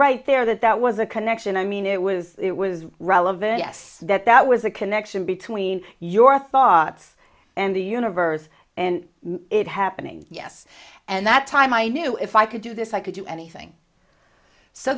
right there that that was a connection i mean it was it was relevant yes that that was a connection between your thoughts and the universe and it happening yes and that time i knew if i could do this i could do anything so